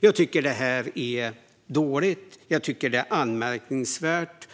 Jag tycker att det är dåligt, och jag tycker att det är anmärkningsvärt.